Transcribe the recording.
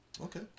Okay